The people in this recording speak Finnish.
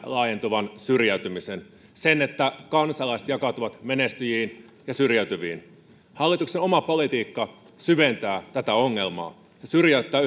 laajentuvan syrjäytymisen sen että kansalaiset jakautuvat menestyjiin ja syrjäytyviin hallituksen oma politiikka syventää tätä ongelmaa ja syrjäyttää